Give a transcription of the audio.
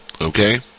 Okay